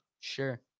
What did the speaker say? Sure